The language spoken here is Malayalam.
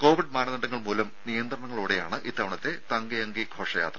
കോവിഡ് മാനദണ്ഡങ്ങൾ മൂലം നിയന്ത്രണങ്ങളോടെയാണ് ഇത്തവണത്തെ തങ്കഅങ്കി ഘോഷയാത്ര